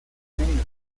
enemigos